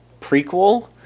prequel